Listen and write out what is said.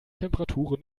temperaturen